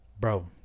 Bro